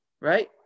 right